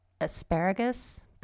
asparagus